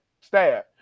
staff